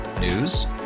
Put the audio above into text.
News